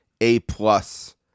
A-plus